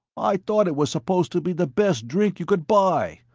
i thought it was supposed to be the best drink you could buy.